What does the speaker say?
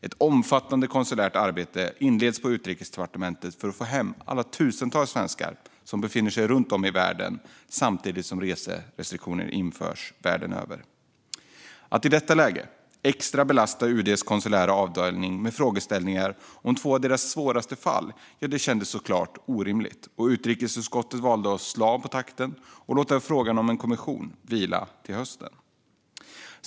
Ett omfattande konsulärt arbete inleddes på Utrikesdepartementet för att få hem alla tusentals svenskar som befann sig runt om världen samtidigt som reserestriktioner infördes världen över. Att i detta läge extra belasta UD:s konsulära avdelning med frågeställningar om två av deras svåraste fall kändes såklart orimligt. Utrikesutskottet valde att slå av på takten och låta frågan om en kommission vila till hösten.